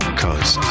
cause